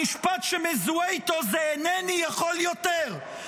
המשפט שמזוהה איתו זה "אינני יכול יותר".